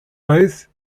both